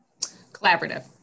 Collaborative